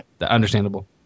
Understandable